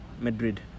Madrid